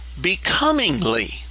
becomingly